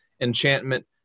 enchantment